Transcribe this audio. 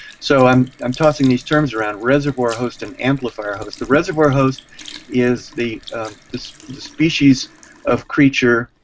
so i'm i'm tossing these terms around, reservoir host and amplifier host. the reservoir host is the is the species of creature,